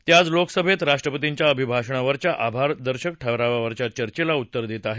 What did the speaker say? ते आज लोकसभेत राष्ट्रपतींच्या अभिभाषणावरच्या आभारदर्शक ठरावावरच्या चर्येला उत्तर देत आहेत